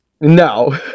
No